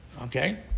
okay